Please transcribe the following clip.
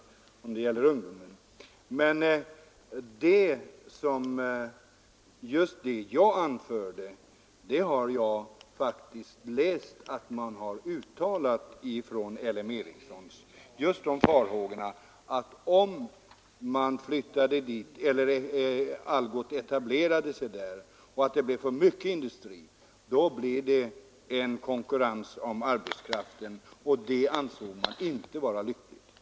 Men det uttalande från L M Ericsson som jag anförde har jag faktiskt läst — det gällde just farhågor för att om Algots etablerade sig på Gotland och det blev för mycket industri skulle det bli en konkurrens om arbetskraften, och det ansåg man inte vara lyckligt.